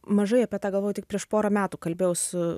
mažai apie tą galvojau tik prieš porą metų kalbėjau su